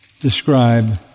describe